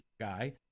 guy